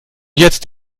jetzt